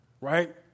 right